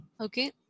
Okay